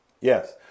Yes